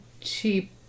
cheap